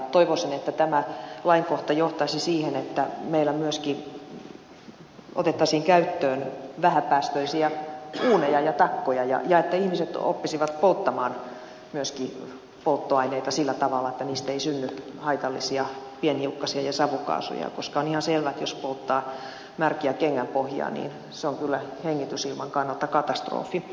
toivoisin että tämä lainkohta johtaisi siihen että meillä myöskin otettaisiin käyttöön vähäpäästöisiä uuneja ja takkoja ja että ihmiset oppisivat polttamaan myöskin polttoaineita sillä tavalla että niistä ei synny haitallisia pienhiukkasia ja savukaasuja koska on ihan selvää että jos polttaa märkiä kengänpohjia niin se on kyllä hengitysilman kannalta katastrofi